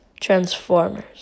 Transformers